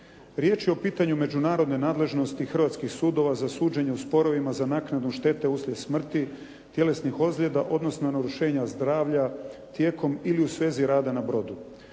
Riječ je o pitanju međunarodne nadležnosti hrvatskih sudova za suđenje u sporovima za naknadu štete uslijed smrti, tjelesnih ozljeda odnosno narušenja zdravlja tijekom ili u svezi rada na brodu.